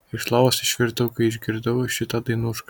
iš lovos išvirtau kai išgirdau šitą dainušką